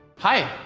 hi.